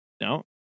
No